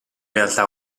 realtà